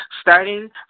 starting